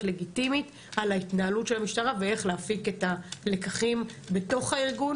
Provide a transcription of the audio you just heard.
לגיטימית על ההתנהלות של המשטרה ואיך להפיק את הלקחים בתוך הארגון.